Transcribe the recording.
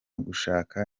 gushaka